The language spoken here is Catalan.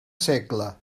segle